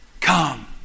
come